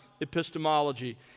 epistemology